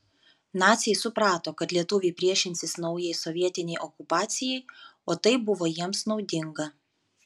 naciai suprato kad lietuviai priešinsis naujai sovietinei okupacijai o tai buvo jiems naudinga